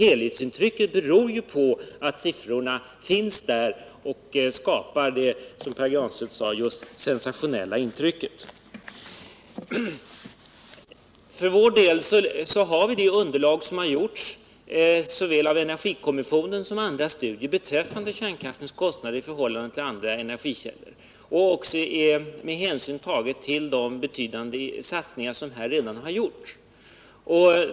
Detta beror ju på att siffrorna finns där och att de som Pär Granstedt sade skapar det sensationella intrycket. Vi för vår del har det underlag som arbetats fram av såväl energikommissionens som andras studier beträffande kärnkraftens kostnader i förhållande till övriga energikällor. Här har hänsyn också tagits till de betydande satsningar som redan har gjorts.